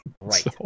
Right